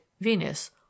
Venus